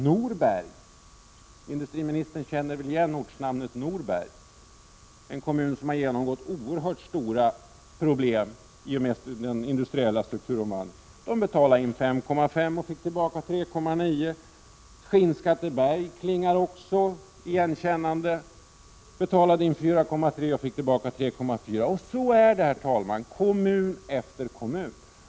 Norberg — industriministern känner väl igen ortnamnet Norberg, en kommun som har haft oerhört stora problem till följd av den industriella strukturomvandlingen —- betalade in 5,5 miljoner och fick tillbaka 3,9 miljoner. Skinnskatteberg, som också klingar igenkännande, betalade in 4,3 miljoner och fick tillbaka 3,4 miljoner. Så är det, herr talman, i kommun efter kommun.